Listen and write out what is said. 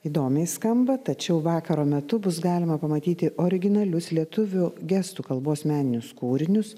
įdomiai skamba tačiau vakaro metu bus galima pamatyti originalius lietuvių gestų kalbos meninius kūrinius